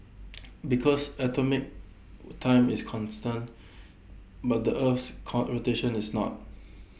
because atomic time is constant but the Earth's rotation is not